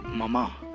Mama